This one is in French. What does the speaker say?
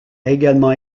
également